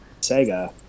Sega